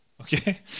Okay